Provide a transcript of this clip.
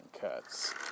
cuts